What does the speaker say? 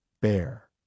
Bear